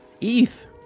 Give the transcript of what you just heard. ETH